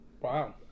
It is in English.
Wow